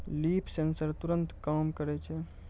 leaf sensor तुरत काम करै छै